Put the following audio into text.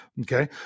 Okay